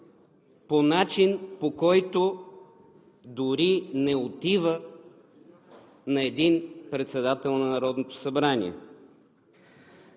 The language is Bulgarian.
по начин, по който дори не отива на един председател на Народното събрание.